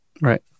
right